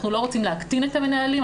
אנחנו לא רוצים להקטין את המנהלים,